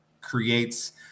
creates